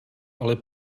ale